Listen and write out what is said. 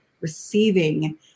receiving